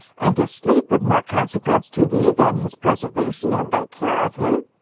and is sleep of more consequence to thee than his preservation, and thy care of him?